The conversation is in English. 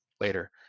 later